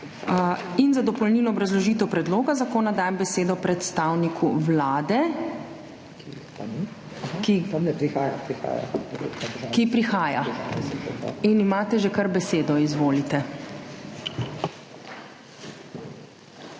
In za dopolnilno obrazložitev predloga zakona dajem besedo predstavniku Vlade, ki prihaja, in imate že kar besedo. Izvolite!